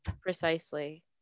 precisely